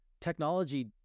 Technology